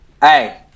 Hey